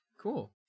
cool